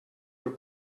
your